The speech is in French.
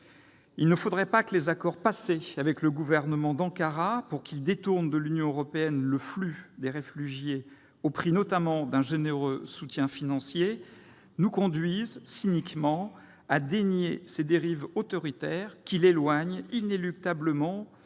Il ne faudrait pas que les accords passés avec le gouvernement d'Ankara pour qu'il détourne de l'Union européenne le flux des réfugiés, au prix, notamment, d'un généreux soutien financier, nous conduisent cyniquement à dénier ses dérives autoritaires. Celles-ci l'éloignent inéluctablement